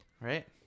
right